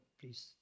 please